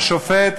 השופט,